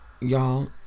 y'all